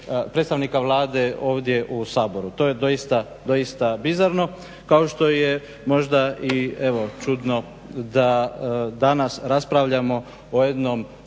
predstavnika Vlade ovdje u Saboru. To je doista bizarno, kao što je možda i čudno da danas raspravljamo o jednom